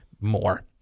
more